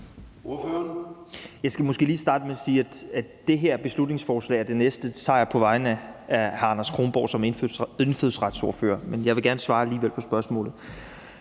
Jeg skal måske lige starte med at sige, at det her beslutningsforslag og det næste tager jeg på vegne af hr. Anders Kronborg, som er indfødsretsordfører, men jeg vil alligevel gerne svare på spørgsmålet.